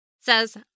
Says